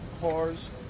cars